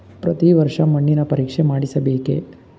ಪ್ರತಿ ವರ್ಷ ಮಣ್ಣಿನ ಪರೀಕ್ಷೆ ಮಾಡಿಸಬೇಕೇ?